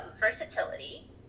versatility